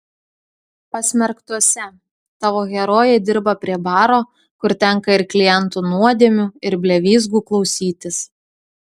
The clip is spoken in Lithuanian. pasmerktuose tavo herojė dirba prie baro kur tenka ir klientų nuodėmių ir blevyzgų klausytis